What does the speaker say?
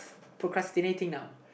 procrastinating now